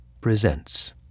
presents